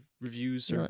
reviews